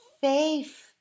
faith